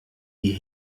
die